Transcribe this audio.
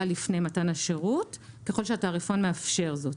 לפני מתן השירות ככל שהתעריפון מאפשר זאת,